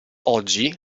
oggi